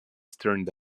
turned